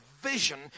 vision